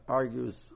argues